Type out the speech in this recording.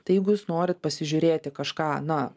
tai jeigu jūs norit pasižiūrėti kažką aną